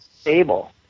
stable